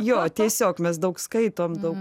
jo tiesiog mes daug skaitom daug